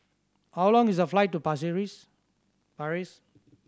how long is the flight to Paris